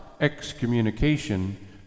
excommunication